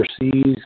overseas